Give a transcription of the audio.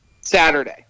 Saturday